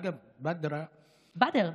אגב, בדרה, באדר.